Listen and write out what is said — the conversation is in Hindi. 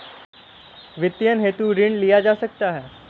वित्तीयन हेतु ऋण लिया जा सकता है